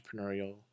entrepreneurial